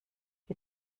die